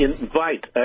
invite